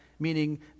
meaning